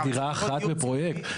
אבל זו דירה אחת של פרויקט,